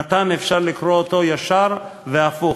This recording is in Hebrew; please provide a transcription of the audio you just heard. "נתן" אפשר לקרוא אותו ישר והפוך,